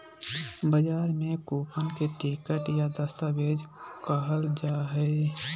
बजार में कूपन के टिकट या दस्तावेज कहल जा हइ